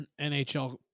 NHL